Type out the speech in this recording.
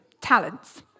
talents